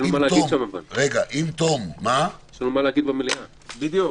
בסדר.